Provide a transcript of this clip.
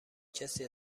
کسی